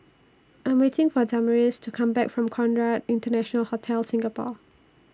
I Am waiting For Damaris to Come Back from Conrad International Hotel Singapore